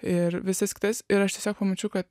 ir visas kitas ir aš tiesiog pamačiau kad